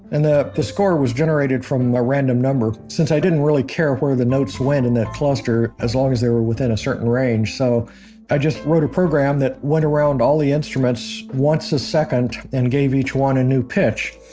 and the the score was generated from a random number, since i didn't really care where the notes went in the cluster, as long as they were in a certain range. so i just wrote a program that went around all the instruments once a second and gave each one a new pitch.